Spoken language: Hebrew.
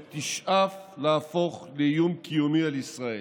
ותשאף להפוך לאיום קיומי על ישראל.